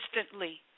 instantly